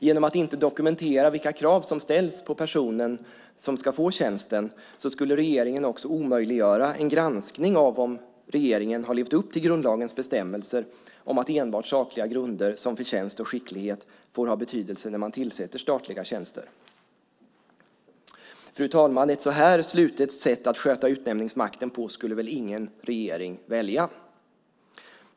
Genom att inte dokumentera vilka krav som ställs på den person som ska få tjänsten skulle regeringen också omöjliggöra en granskning av om regeringen har levt upp till grundlagens bestämmelser om att enbart sakliga grunder som förtjänst och skicklighet får ha betydelse när man tillsätter statliga tjänster. Fru talman! Ett så slutet sätt att sköta utnämningsmakten på skulle väl ingen regering välja?